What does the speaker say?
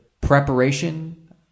preparation